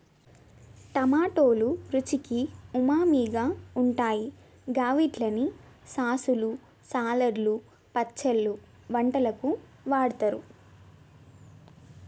టమాటోలు రుచికి ఉమామిగా ఉంటాయి గవిట్లని సాసులు, సలాడ్లు, పచ్చళ్లు, వంటలకు వాడుతరు